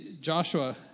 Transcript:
Joshua